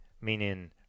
meaning